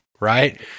Right